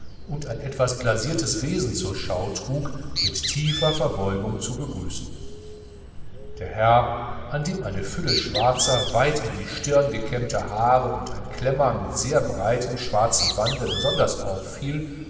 und ein etwas blasiertes wesen zur schau trug mit tiefer verbeugung zu begrüßen der herr an dem eine fülle schwarzer weit in die stirn gekämmter haare und ein klemmer mit sehr breitem schwarzem bande besonders auffiel